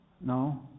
No